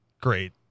Great